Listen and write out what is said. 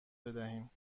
بدهیم